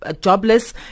jobless